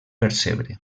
percebre